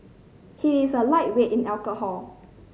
he is a lightweight in alcohol